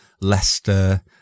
Leicester